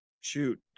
shoot